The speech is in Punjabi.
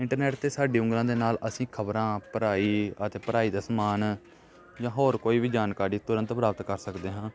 ਇੰਟਰਨੈਟ 'ਤੇ ਸਾਡੀ ਉਂਗਲਾਂ ਦੇ ਨਾਲ ਅਸੀਂ ਖਬਰਾਂ ਪੜ੍ਹਾਈ ਅਤੇ ਪੜ੍ਹਾਈ ਦਾ ਸਮਾਨ ਜਾਂ ਹੋਰ ਕੋਈ ਵੀ ਜਾਣਕਾਰੀ ਤੁਰੰਤ ਪ੍ਰਾਪਤ ਕਰ ਸਕਦੇ ਹਾਂ